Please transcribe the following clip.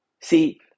See